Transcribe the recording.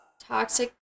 Toxic